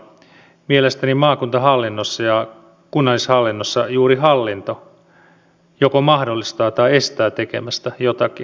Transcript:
mielestäni maakuntahallinnossa ja kunnallishallinnossa juuri hallinto joko mahdollistaa jonkin tai estää tekemästä jotakin